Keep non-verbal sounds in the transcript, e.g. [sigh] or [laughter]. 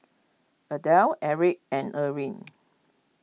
Adell Eric and Earline [noise]